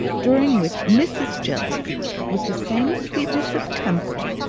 during which mrs. jellyby, with the same sweetness of temper,